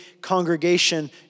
congregation